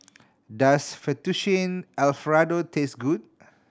does Fettuccine Alfredo taste good